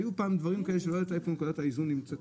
היו פעם דברים כאלה שלא ידעת איפה נקודת האיזון נמצאת.